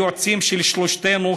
היועצים של שלושתנו,